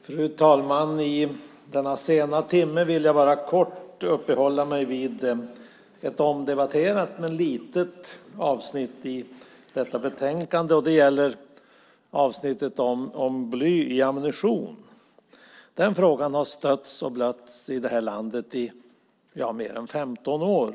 Fru talman! I denna sena timme vill jag bara kort uppehålla mig vid ett omdebatterat men litet avsnitt i detta betänkande. Det gäller avsnittet om bly i ammunition. Den frågan har stötts och blötts i det här landet i mer än 15 år.